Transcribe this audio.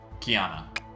Kiana